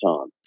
time